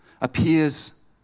appears